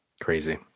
Crazy